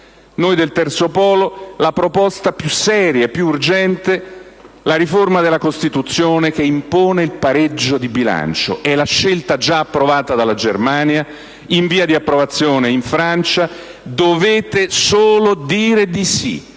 PD e della Lega, la proposta più seria e più urgente, la riforma della Costituzione che impone il pareggio di bilancio. È la scelta già approvata dalla Germania, in via di approvazione in Francia, su cui dovete solo dire di sì.